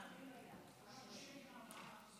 ההצעה להעביר את